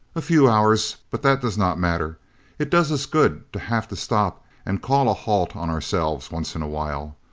a few hours, but that does not matter it does us good to have to stop and call a halt on ourselves once in a while.